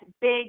big